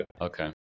Okay